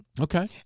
Okay